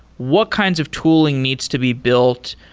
what kinds of tooling needs to be built?